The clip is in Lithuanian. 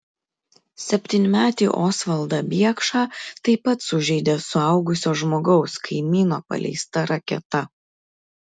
septynmetį osvaldą biekšą taip pat sužeidė suaugusio žmogaus kaimyno paleista raketa